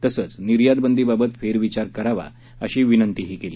तसंच निर्यातबंदीबाबत फेरविचार करावा अशी विनंती केली